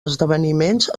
esdeveniments